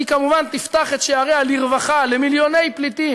היא כמובן תפתח את שעריה לרווחה למיליוני פליטים